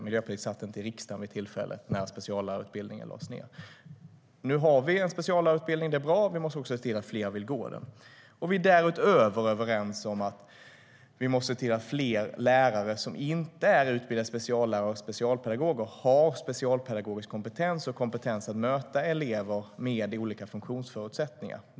Miljöpartiet satt inte i riksdagen vid tillfället när speciallärarutbildningen lades ned. Nu finns en speciallärarutbildning. Det är bra. Vi måste också se till att fler vill gå den. Vi är därutöver överens om att vi måste se till att fler lärare som inte är utbildade speciallärare och specialpedagoger har specialpedagogisk kompetens och kompetens att möta elever med olika funktionsförutsättningar.